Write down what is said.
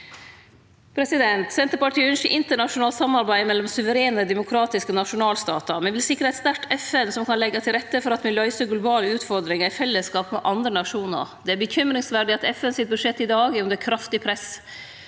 skade. Senterpartiet ynskjer internasjonalt samarbeid mellom suverene, demokratiske nasjonalstatar. Me vil sikre eit sterkt FN som kan leggje til rette for at me løyser globale utfordringar i fellesskap med andre nasjonar. Det er urovekkjande at FN sitt budsjett i dag er under kraftig press.